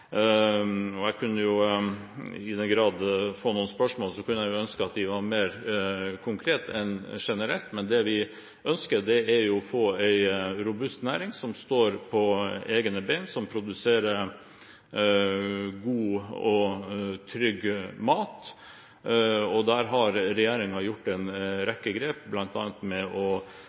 om jeg fikk noen spørsmål, kunne jeg ønske at de var mer konkrete enn generelle. Men det vi ønsker, er å få en robust næring som står på egne ben, som produserer god og trygg mat. Der har regjeringen gjort en rekke grep bl.a. med å